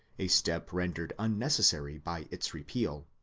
a step rendered unnecessary by its repeal.